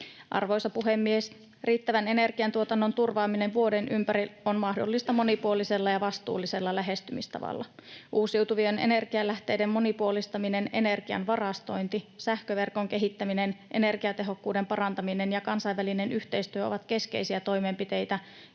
Arvoisa puhemies! Riittävän energiantuotannon turvaaminen vuoden ympäri on mahdollista monipuolisella ja vastuullisella lähestymistavalla. Uusiutuvien energianlähteiden monipuolistaminen, energian varastointi, sähköverkon kehittäminen, energiatehokkuuden parantaminen ja kansainvälinen yhteistyö ovat keskeisiä toimenpiteitä,